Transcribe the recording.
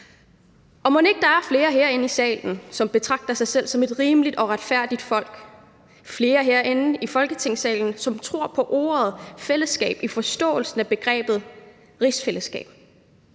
på. Mon ikke der er flere herinde i salen, som betragter sig selv som del af et rimeligt og retfærdigt folk, flere herinde i Folketingssalen, som tror på ordet fællesskab i forståelsen af begrebet rigsfællesskab?